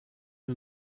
nun